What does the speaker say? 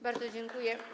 Bardzo dziękuję.